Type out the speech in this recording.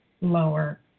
lower